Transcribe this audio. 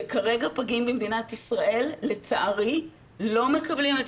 כרגע פגים במדינת ישראל לצערי לא מקבלים את